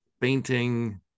painting